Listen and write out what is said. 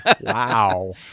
Wow